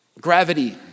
gravity